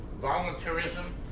voluntarism